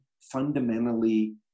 fundamentally